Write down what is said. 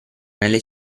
nelle